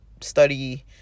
study